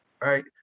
Right